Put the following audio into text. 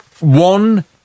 one